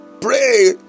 Pray